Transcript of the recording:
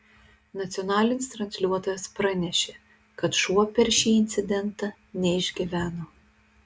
nacionalinis transliuotojas pranešė kad šuo per šį incidentą neišgyveno